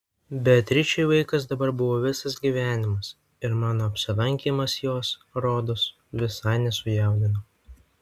beatričei vaikas dabar buvo visas gyvenimas ir mano apsilankymas jos rodos visai nesujaudino